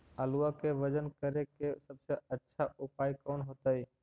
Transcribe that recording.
आलुआ के वजन करेके सबसे अच्छा उपाय कौन होतई?